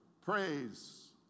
Praise